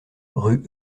rue